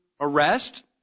arrest